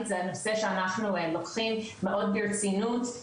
זה הנושא שאנחנו לוקחים מאוד ברצינות.